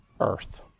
earth